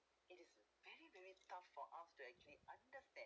it's very very tough for us to actually understand